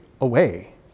away